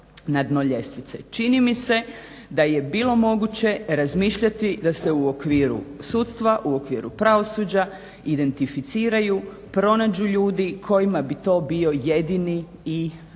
Čini mi se da je bilo moguće razmišljati da se u okviru sudstva, u okviru pravosuđa identificiraju, pronađu ljudi kojima bi to bio jedini i